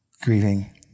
grieving